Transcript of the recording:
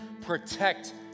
protect